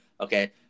okay